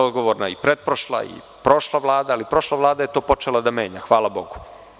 Odgovorna je i pretprošla i prošla Vlada, ali prošla Vlada je to počela da menja, hvala Bogu.